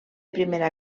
primera